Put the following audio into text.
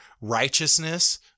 righteousness